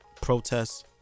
protests